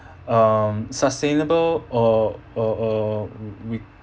um sustainable or uh uh we